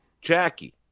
Jackie